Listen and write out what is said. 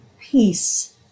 peace